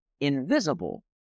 invisible